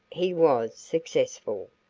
he was successful,